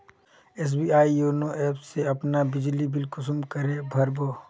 SBI YONO app से अपना बिजली बिल कुंसम करे भर बो?